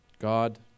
God